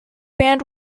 band